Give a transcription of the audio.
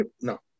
No